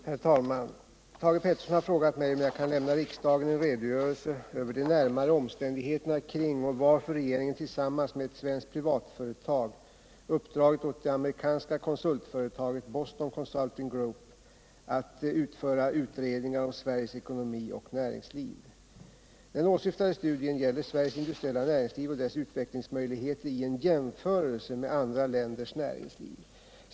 479, och anförde: Herr talman! Thage Peterson har frågat mig om jag kan lämna riksdagen en redogörelse över de närmare omständigheterna kring och varför regeringen tillsammans med ett svenskt privatföretag uppdragit åt det amerikanska konsultföretaget Boston Consulting Group att utföra utredningar om Sveriges ekonomi och näringsliv. 201 Den åsyftade studien gäller Sveriges industriella näringsliv och dess utvecklingsmöjligheter i en jämförelse med andra länders näringsliv.